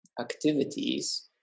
activities